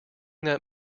that